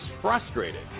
frustrated